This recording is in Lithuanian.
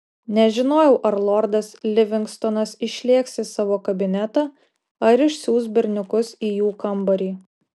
nežinojau ar lordas livingstonas išlėks į savo kabinetą ar išsiųs berniukus į jų kambarį